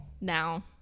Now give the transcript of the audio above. now